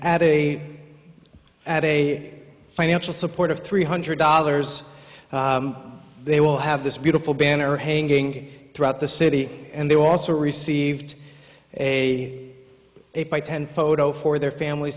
at a at a financial support of three hundred dollars they will have this beautiful banner hanging throughout the city and they also received a eight by ten photo for their families